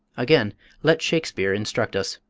again let shakespeare instruct us,